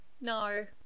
No